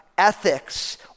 ethics